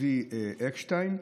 צבי אקשטיין.